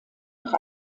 nach